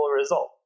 result